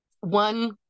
one